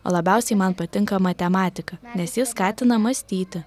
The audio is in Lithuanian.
labiausiai man patinka matematika nes ji skatina mąstyti